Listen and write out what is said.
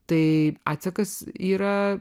tai atsakas yra